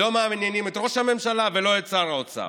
לא מעניינים את ראש הממשלה ולא את שר האוצר.